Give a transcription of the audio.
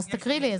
אז תקריא לי.